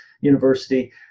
University